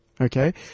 Okay